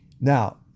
Now